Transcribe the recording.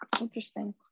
Interesting